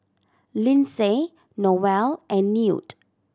Lyndsay Noel and Newt